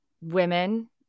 women